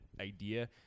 idea